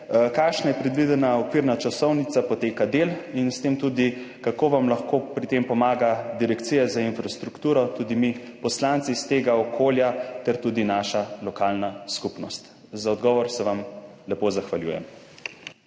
Kakšna je predvidena okvirna časovnica poteka del? Kako vam lahko pri tem pomaga Direkcija za infrastrukturo, tudi mi poslanci iz tega okolja ter naša lokalna skupnost? Za odgovor se vam lepo zahvaljujem.